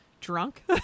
drunk